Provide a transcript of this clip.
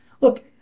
look